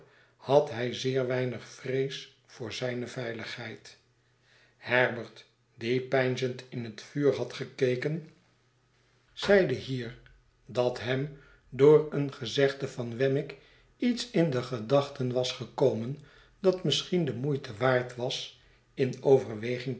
had hij zeer weinig vrees voor zijne veiligheid herbert die peinzend in het vuur had gekeken zeide hier dat hem door een gezegde van wemmick iets in de gedachten was gekomen dat misschien de moeite waard was in groote verwachtingen overweging